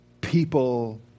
people